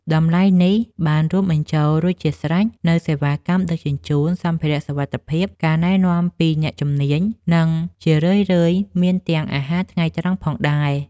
តម្លៃនេះបានរួមបញ្ចូលរួចជាស្រេចនូវសេវាកម្មដឹកជញ្ជូន សម្ភារៈសុវត្ថិភាព ការណែនាំពីអ្នកជំនាញ និងជារឿយៗមានទាំងអាហារថ្ងៃត្រង់ផងដែរ។